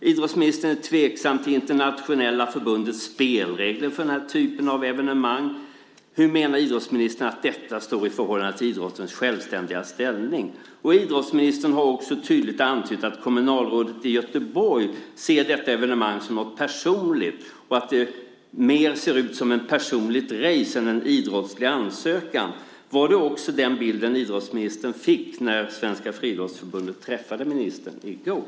Idrottsministern är tveksam till det internationella förbundets spelregler för denna typ av evenemang. Hur menar idrottsministern att detta står i förhållande till idrottens självständiga ställning? Och idrottsministern har också tydligt antytt att kommunalrådet i Göteborg ser detta evenemang som något personligt och att det mer ser ut som ett personligt race än en idrottslig ansökan. Var det den bilden som idrottsministern fick när Svenska Friidrottsförbundet träffade ministern i går?